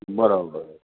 बराबरि